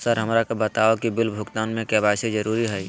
Sir हमरा के बताओ कि बिल भुगतान में के.वाई.सी जरूरी हाई?